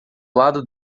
lado